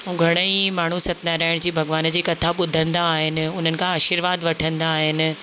ऐं घणेई माण्हू सतनारायण जी कथा ॿुधंदा आहिनि उन्हनि खां आशिर्वाद वठंदा आहिनि